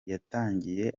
yatangiye